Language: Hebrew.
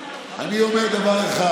אני אומר דבר אחד: